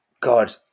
God